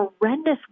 horrendous